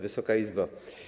Wysoka Izbo!